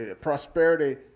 prosperity